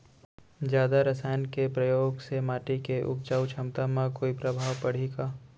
जादा रसायन के प्रयोग से माटी के उपजाऊ क्षमता म कोई प्रभाव पड़ही का?